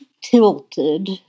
tilted